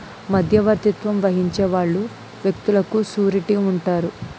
మధ్యవర్తిత్వం వహించే వాళ్ళు వ్యక్తులకు సూరిటీ ఉంటారు